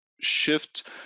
shift